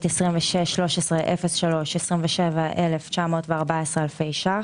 261303, 27,914 אלפי ש"ח,